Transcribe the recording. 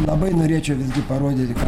labai norėčiau visgi parodyti ką